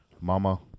Mama